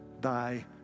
thy